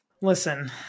Listen